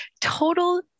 total